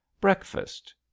Breakfast